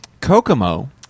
Kokomo